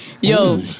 Yo